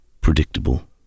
Predictable